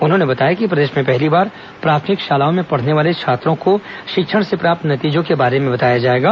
उन्होंने बताया कि प्रदेश में पहली बार प्राथमिक शालाओं में पढ़ने वाले छात्रों को शिक्षण से प्राप्त नतीजों के बारे में बताया जाएगा